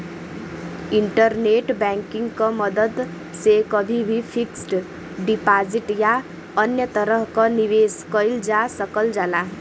internet banking क मदद से कभी भी फिक्स्ड डिपाजिट या अन्य तरह क निवेश कइल जा सकल जाला